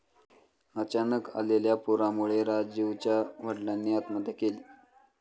अचानक आलेल्या पुरामुळे राजीवच्या वडिलांनी आत्महत्या केली